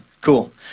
Cool